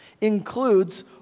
includes